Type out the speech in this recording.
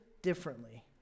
differently